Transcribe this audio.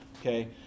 okay